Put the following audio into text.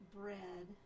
bread